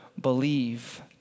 believe